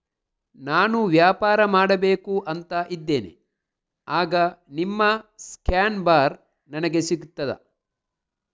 ನಾನು ವ್ಯಾಪಾರ ಮಾಡಬೇಕು ಅಂತ ಇದ್ದೇನೆ, ಆಗ ನಿಮ್ಮ ಸ್ಕ್ಯಾನ್ ಬಾರ್ ನನಗೆ ಸಿಗ್ತದಾ?